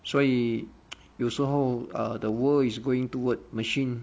所以 有时候 err the world is going toward machine